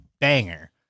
banger